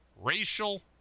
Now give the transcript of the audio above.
racial